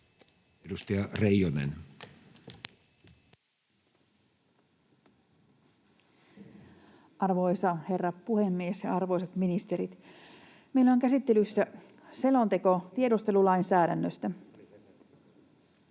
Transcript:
15:44 Content: Arvoisa herra puhemies ja arvoisat ministerit! Meillä on käsittelyssä selonteko tiedustelulainsäädännöstä.